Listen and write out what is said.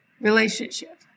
relationship